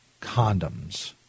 condoms